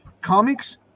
Comics